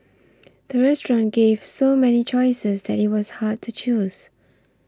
the restaurant gave so many choices that it was hard to choose